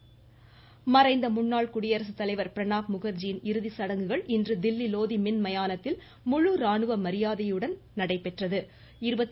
பிரணாப் முகர்ஜி மறைந்த முன்னாள் குடியரசு தலைவர் பிரணாப் முகர்ஜியின் இறுதிச்சடங்குகள் இன்று தில்லி லோதி மின் மயானத்தில் முழு ராணுவ மரியாதையுடன் நடைபெற்றது